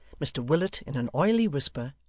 mr willet, in an oily whisper,